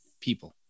people